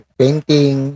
painting